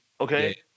okay